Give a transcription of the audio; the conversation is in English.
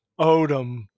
Odom